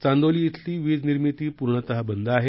चांदोली इथली वीज निर्मिती पूर्णतः बंद आहे